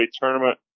tournament